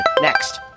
Next